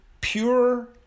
pure